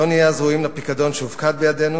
לא נהיה אז ראויים לפיקדון שהופקד בידינו